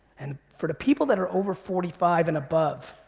and for the people that are over forty five and above,